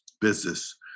business